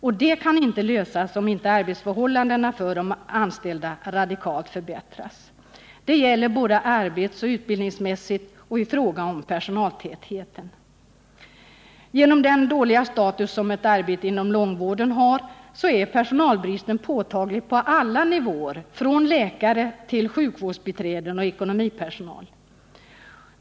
Det problemet kan inte lösas, om inte arbetsförhållandena för de anställda radikalt förbättras både arbetsoch utbildningsmässigt och i fråga om personaltätheten. Genom den dåliga status som ett arbete inom långvården har är personalbristen påtaglig på alla nivåer — från läkare till sjukvårdsbiträden och ekonomipersonal.